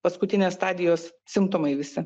paskutinės stadijos simptomai visi